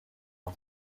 繁忙